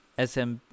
SM